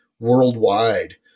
Worldwide